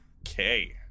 Okay